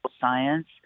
science